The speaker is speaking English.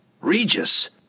Regis